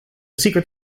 secret